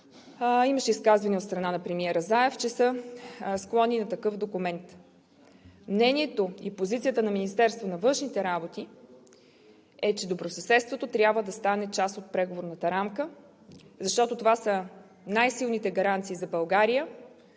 имаше изказвания от страна на премиера Заев, че са склонни на такъв документ. Мнението и позицията на Министерството на външните работи е, че добросъседството трябва да стане част от преговорната рамка, защото това са най-силните гаранции за България,